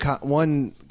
One